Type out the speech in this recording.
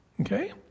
Okay